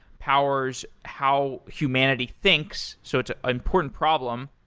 powers how humanity thinks. so it's an important problem.